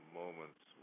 moments